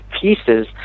pieces